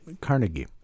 Carnegie